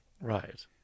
Right